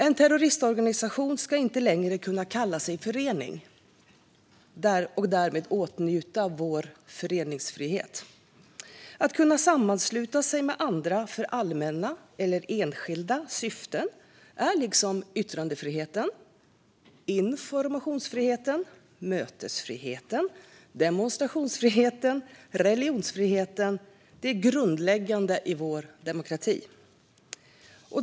En terroristorganisation ska inte längre kunna kalla sig förening och därmed åtnjuta vår föreningsfrihet. Att kunna sammansluta sig med andra för allmänna eller enskilda syften är liksom yttrandefriheten, informationsfriheten, mötesfriheten, demonstrationsfriheten och religionsfriheten grundläggande i vår demokrati.